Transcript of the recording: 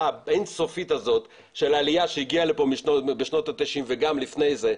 האין סופית הזאת של עלייה שהגיעה לפה בשנת ה-90 וגם לפני זה.